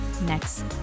next